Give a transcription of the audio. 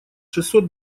шестьсот